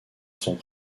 sont